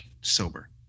sober